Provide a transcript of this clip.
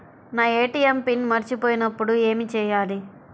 నా ATM PIN మరచిపోయినప్పుడు ఏమి చేయాలి?